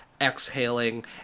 exhaling